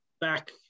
back